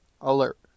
alert